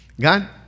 God